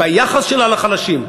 ביחס שלה לחלשים,